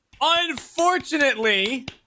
unfortunately